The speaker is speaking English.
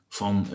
van